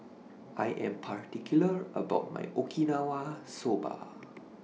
I Am particular about My Okinawa Soba